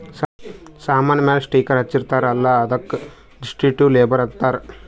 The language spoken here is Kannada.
ಸಾಮಾನ್ ಮ್ಯಾಲ ಸ್ಟಿಕ್ಕರ್ ಹಚ್ಚಿರ್ತಾರ್ ಅಲ್ಲ ಅದ್ದುಕ ದಿಸ್ಕ್ರಿಪ್ಟಿವ್ ಲೇಬಲ್ ಅಂತಾರ್